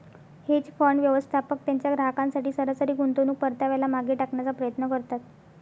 hedge fund, व्यवस्थापक त्यांच्या ग्राहकांसाठी सरासरी गुंतवणूक परताव्याला मागे टाकण्याचा प्रयत्न करतात